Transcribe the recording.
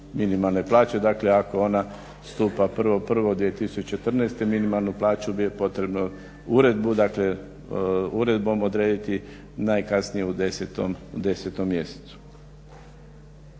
minimalne plaće, dakle ako ona stupa 1.1.2014. minimalnu plaću, potrebno uredbom odrediti najkasnije u 10. mjesecu.